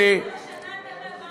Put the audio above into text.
כל השנה אתם העברתם,